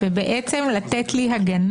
באופן כזה שזה יסיג לאחור את מערכת המשפט שלנו,